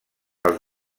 els